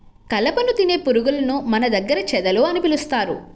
కలపను తినే పురుగులను మన దగ్గర చెదలు అని పిలుస్తారు